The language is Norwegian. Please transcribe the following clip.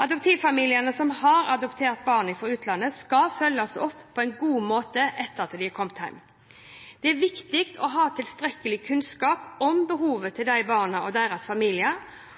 Adoptivfamiliene som har adoptert barn fra utlandet, skal følges opp på en god måte etter at de har kommet hjem. Det er viktig å ha tilstrekkelig kunnskap om behovene til disse barna og deres familier